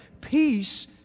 peace